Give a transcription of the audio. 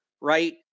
right